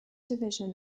division